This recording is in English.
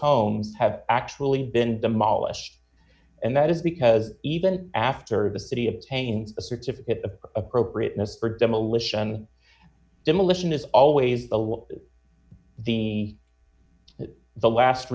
homes have actually been demolished and that is because even after the city obtaining a certificate the appropriateness for demolition demolition is always a lot the the last